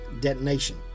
detonation